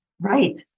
Right